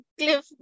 cliff